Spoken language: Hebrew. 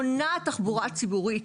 מונעת תחבורה ציבורית.